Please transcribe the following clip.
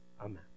Amen